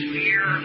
fear